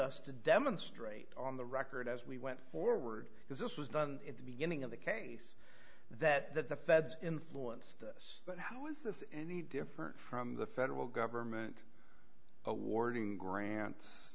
us to demonstrate on the record as we went forward because this was done at the beginning of the case that that the feds influence this but how is this any different from the federal government awarding grant